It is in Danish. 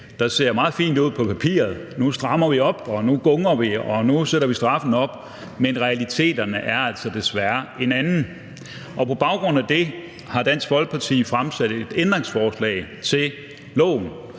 der ser meget fint ud på papiret – nu strammer vi op, nu gungrer vi, og nu sætter vi straffen op – men realiteten er altså desværre en anden. På baggrund af det har Dansk Folkeparti stillet et ændringsforslag til